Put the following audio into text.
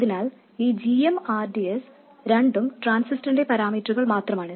അതിനാൽ ഈ gm rds രണ്ടും ട്രാൻസിസ്റ്ററിന്റെ പാരാമീറ്ററുകൾ മാത്രമാണ്